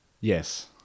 yes